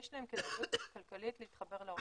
יש להם כדאיות כלכלית להתחבר להולכה,